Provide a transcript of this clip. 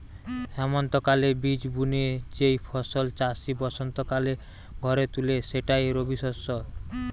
হেমন্তকালে বীজ বুনে যেই ফসল চাষি বসন্তকালে ঘরে তুলে সেটাই রবিশস্য